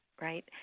right